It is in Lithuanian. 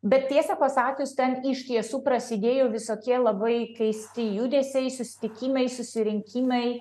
bet tiesą pasakius ten iš tiesų prasidėjo visokie labai keisti judesiai susitikimai susirinkimai